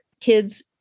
kids